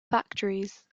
factories